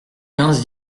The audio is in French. quinze